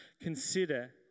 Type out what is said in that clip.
consider